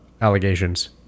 allegations